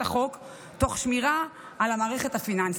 החוק תוך שמירה על המערכת הפיננסית.